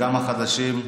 גם החדשים,